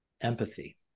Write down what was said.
empathy